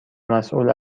مسئول